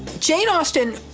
jane austen